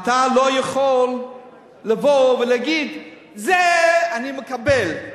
אתה לא יכול לבוא ולהגיד: זה אני מקבל,